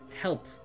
help